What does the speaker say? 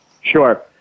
Sure